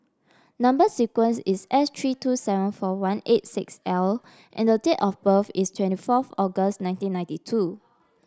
number sequence is S three two seven four one eight six L and the date of birth is twenty fourth August nineteen ninety two